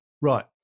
Right